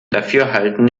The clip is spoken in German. dafürhalten